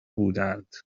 بودند